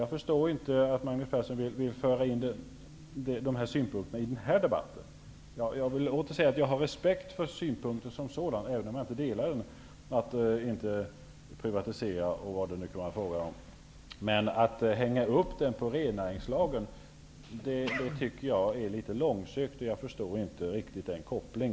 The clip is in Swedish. Jag förstår inte att Magnus Persson vill föra in dessa synpunkter i denna debatt. Jag har respekt för synpunkterna som sådana -- att man inte skall privatisera, osv. -- även om jag inte delar dem. Men att så att säga hänga upp dessa på rennäringslagen, tycker jag är litet långsökt, och jag förstår inte riktigt denna koppling.